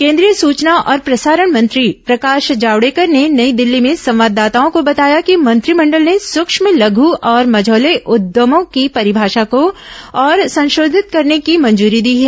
केंद्रीय सूचना और प्रसारण मंत्री प्रकाश जावड़ेकर ने नई दिल्ली में सवाददाताओं को बताया कि मंत्रिमंडल ने सूक्ष्म लघू और मझौले उद्यमों की परिभाषा को और संशोधित करने की मंजूरी दी है